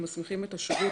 זו מחיקה שמוסכמת על משרדי